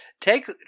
take